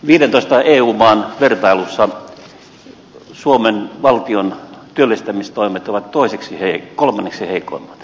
viidentoista eu maan vertailussa suomen valtion työllistämistoimet ovat kolmanneksi heikoimmat